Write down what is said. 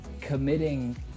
committing